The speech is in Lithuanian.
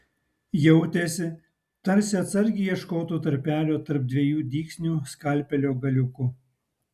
jautėsi tarsi atsargiai ieškotų tarpelio tarp dviejų dygsnių skalpelio galiuku